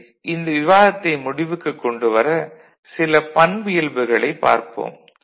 சரி இந்த விவாதத்தை முடிவுக்குக் கொண்டு வர சில பண்பியல்புகளைப் பார்ப்போம்